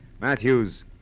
Matthews